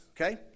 Okay